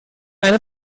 eine